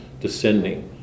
descending